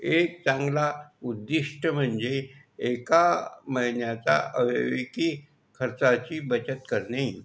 एक चांगले उद्दिष्ट म्हणजे एका महिन्याच्या अविवेकी खर्चाची बचत करणे